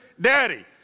Daddy